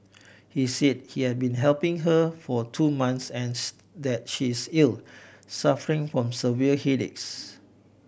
he said he had been helping her for two months and that she is ill suffering from severe headaches